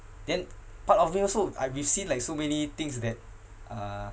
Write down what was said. then part of me also I've we've seen like so many things that uh